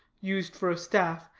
used for a staff,